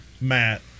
Matt